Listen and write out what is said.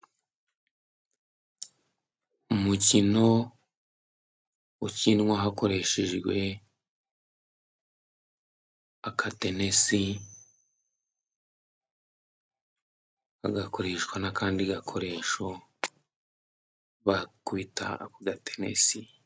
Umukino ukinwa hakoreshejwe agatenesi, hagakoreshwa n'akandi gakoresho bakubita ako gatennesi.